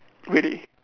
really